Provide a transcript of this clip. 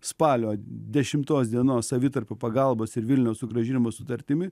spalio dešimtos dienos savitarpio pagalbos ir vilniaus sugrąžinimo sutartimi